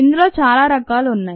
ఇందులో చాలా రకాలు ఉన్నాయి